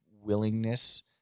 willingness